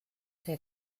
fer